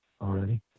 already